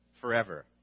forever